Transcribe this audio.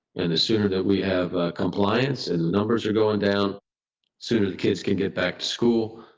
and the sooner that we have compliance and numbers are going down sooner. kids can get back to school.